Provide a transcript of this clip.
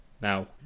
now